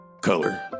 Color